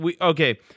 Okay